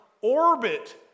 orbit